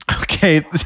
Okay